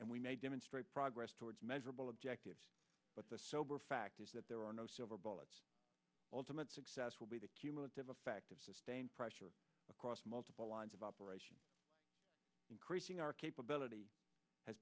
and we may demonstrate progress towards measurable objectives but the sober fact is that there are no silver bullets ultimate success will be the cumulative effect of sustained pressure across multiple lines of operation increasing our capability has